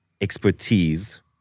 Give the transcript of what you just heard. expertise